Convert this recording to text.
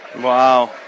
Wow